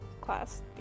class